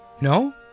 No